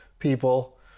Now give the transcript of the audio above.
people